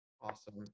awesome